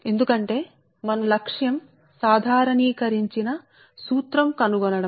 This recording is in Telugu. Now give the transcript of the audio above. ఎందుకంటే మా లక్ష్యం కొన్ని సాధారణమైన సూత్రాన్ని కనుగొనడం